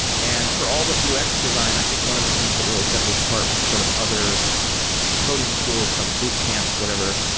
and for all but ux design, i think one of the things that really sets us apart from sort of other coding schools from boot camps, whatever,